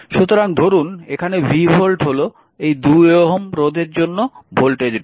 সুতরাং ধরুন এখানে v ভোল্ট হল এই 2 Ω রোধের জন্য ভোল্টেজ ড্রপ